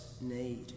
need